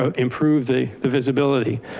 ah improve the the visibility.